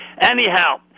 Anyhow